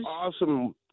awesome